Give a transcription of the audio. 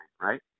right